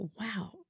wow